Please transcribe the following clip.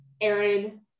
Aaron